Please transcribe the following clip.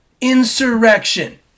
Insurrection